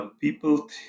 people